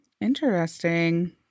interesting